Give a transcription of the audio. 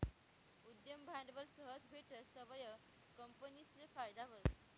उद्यम भांडवल सहज भेटस तवंय कंपनीसले फायदा व्हस